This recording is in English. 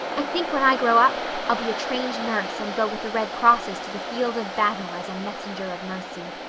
i think when i grow up i'll be a trained nurse and go with the red crosses to the field of battle as a messenger of mercy.